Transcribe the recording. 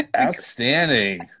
Outstanding